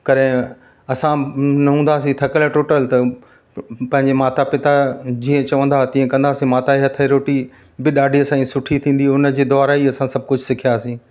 कॾहिं असां न हूंदासीं थकियलु टुटियलु त पंहिंजे माता पिता जीअं चवंदा हुआ तीअं कंदा हुआसीं माता ए हथ ई रोटी बि ॾाढी असाजी सुठी थींदी उन जे द्वारा ई असां सभु कुझु सिखियासीं